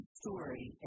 story